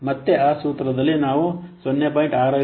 ಮತ್ತೆ ಆ ಸೂತ್ರದಲ್ಲಿ ನಾವು 0